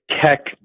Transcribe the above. tech